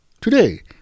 Today